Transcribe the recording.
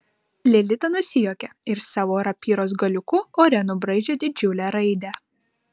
lilita nusijuokė ir savo rapyros galiuku ore nubraižė didžiulę raidę